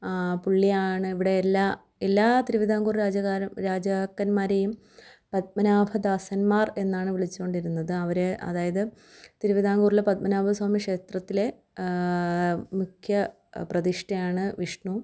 പുള്ളിയാണിവിടെ എല്ലാ എല്ലാ തിരുവിതാംകൂർ രാജാകാര രാജാക്കന്മാരെയും പത്മനാഭ ദാസന്മാർ എന്നാണ് വിളിച്ചു കൊണ്ടിരുന്നത് അവർ അതായത് തിരുവിതാംകൂറിലെ പത്മനാഭസ്വാമി ക്ഷേത്രത്തിലെ മുഖ്യ പ്രതിഷ്ഠയാണ് വിഷ്ണു